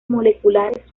moleculares